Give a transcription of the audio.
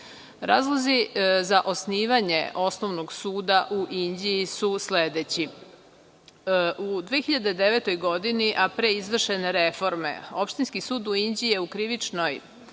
Bašti. Razlozi za Osnivanje osnovnog suda u Inđiji su sledeći. U 2009. godini, a pre izvršene reforme, Opštinski sud u Inđiji je u krivičnoj